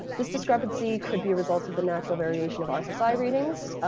this discrepancy could be a result of the natural variation of rssi readings,